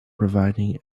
providing